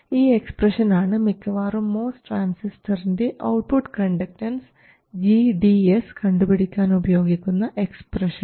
ഈ എക്സ്പ്രഷൻ ആണ് മിക്കവാറും മോസ് ട്രാൻസിസ്റ്ററിൻറെ ഔട്ട്പുട്ട് കണ്ടക്ടൻസ് gds കണ്ടുപിടിക്കാൻ ഉപയോഗിക്കുന്ന എക്സ്പ്രഷൻ